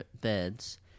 beds